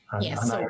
Yes